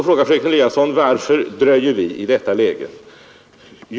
Fröken Eliasson frågar varför vi i detta läge dröjer.